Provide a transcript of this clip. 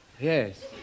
Yes